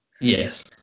Yes